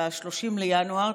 ב-30 לינואר,